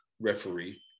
referee